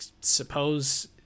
suppose